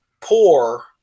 poor